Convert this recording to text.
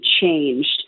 changed